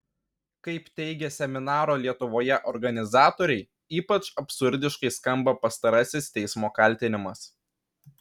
kaip teigė seminaro lietuvoje organizatoriai ypač absurdiškai skamba pastarasis teismo kaltinimas